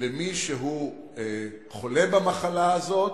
למי שחולה במחלה הזאת,